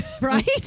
Right